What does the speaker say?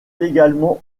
également